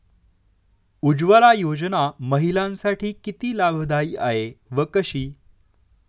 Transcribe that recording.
उज्ज्वला योजना महिलांसाठी किती लाभदायी आहे व कशी?